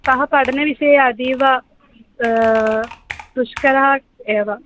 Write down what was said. सः पठनविषये अतीव दुष्करः एव